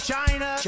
China